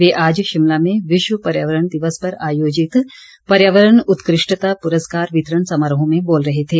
वे आज शिमला में विश्व पर्यावरण दिवस पर आयोजित पर्यावरण उत्कृष्ठता पुरस्कार वितरण समारोह में बोल रहे थे